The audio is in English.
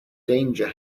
danger